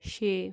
ਛੇ